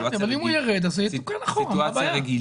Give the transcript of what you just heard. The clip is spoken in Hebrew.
אבל אם הוא יירד אז זה יתוקן אחורה, מה הבעיה?